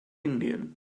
indien